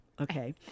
okay